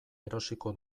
erosiko